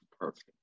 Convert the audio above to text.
perfect